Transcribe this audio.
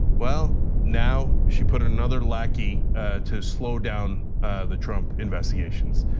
well, now she put another lackey to slow down the trump investigations.